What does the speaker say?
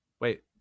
Wait